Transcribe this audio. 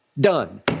Done